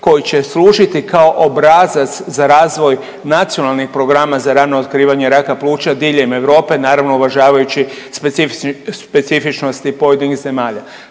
koji će služiti kao obrazac za razvoj nacionalnih programa za rano otkrivanje raka pluća diljem Europe, naravno uvažavajući specifičnosti pojedinih zemalja.